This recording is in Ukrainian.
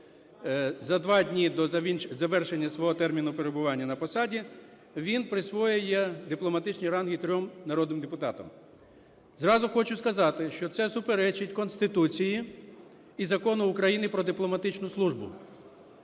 за два дні до завершення свого терміну перебування на посаді, він присвоює дипломатичні ранги трьом народним депутатам. Зразу хочу сказати, що це суперечить Конституції і Закону України "Про дипломатичну службу".